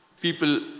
people